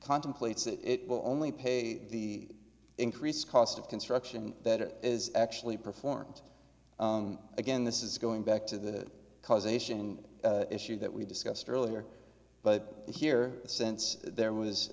contemplates that it will only pay the increased cost of construction that is actually performed again this is going back to the causation issue that we discussed earlier but here since there was